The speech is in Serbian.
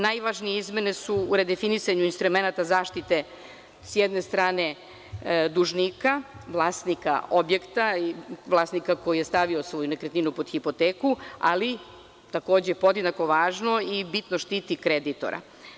Najvažnije izmene su u redefinisanju instrumenata zaštite sa jedne strane dužnika, vlasnika objekta i vlasnika koji je stavio svoju nekretninu pod hipoteku, ali takođe podjednako važno i bitno štiti kreditora.